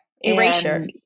erasure